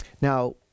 Now